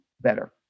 better